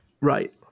right